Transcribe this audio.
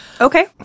Okay